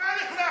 מה לכלכתי?